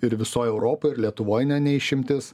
ir visoj europoj ir lietuvoj ne ne išimtis